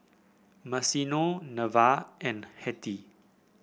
Maceo Neva and Hettie